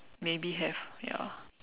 maybe have ya